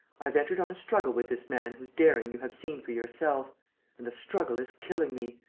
i have entered on a struggle with this man whose daring you have seen for yourself and the struggle is killing me.